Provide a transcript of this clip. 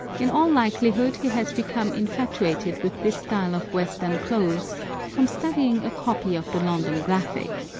in all likelihood he has become infatuated with this style of western clothes from studying a copy of the london graphic,